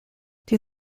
die